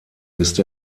ist